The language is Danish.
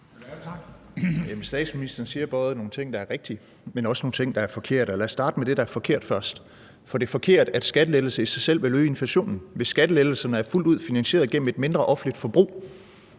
Statsministeren siger både nogle ting, der er rigtige, men også nogle ting, der er forkerte. Lad os starte med det, der er forkert først. Det er forkert at sige, at skattelettelser i sig selv vil øge inflationen. Hvis skattelettelserne er fuldt ud finansieret gennem et mindre offentligt forbrug,